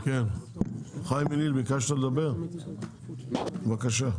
חיים ילין, בבקשה.